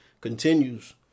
Continues